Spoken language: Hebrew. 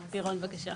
לירון, בבקשה.